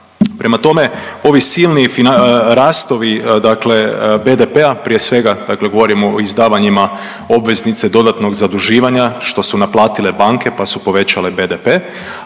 Prema tome ovi silni rastovi dakle BDP-a prije svega dakle govorimo o izdavanja obveznice dodatnog zaduživanja što su naplatile banke pa su povećale BDP,